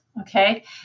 Okay